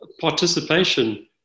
participation